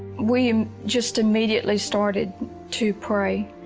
we just immediately started to pray,